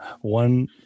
one